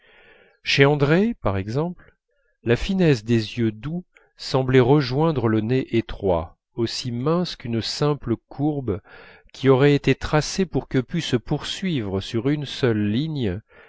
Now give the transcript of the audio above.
chez andrée par exemple la finesse des yeux doux semblait rejoindre le nez étroit aussi mince qu'une simple courbe qui aurait été tracée pour que pût se poursuivre sur une seule ligne